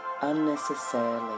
unnecessarily